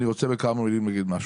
ואני רוצה בכמה מילים להגיד משהו.